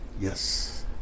Yes